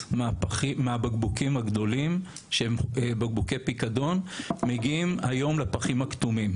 מהבקבוקים הגדולים שהם בקבוקי פיקדון מגיעים היום לפחים הכתומים.